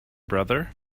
brother